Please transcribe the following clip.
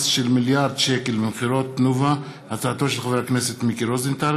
בעקבות דיון מהיר בהצעתו של חבר הכנסת מיקי רוזנטל